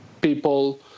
people